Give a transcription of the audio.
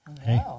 Hey